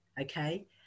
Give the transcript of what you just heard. okay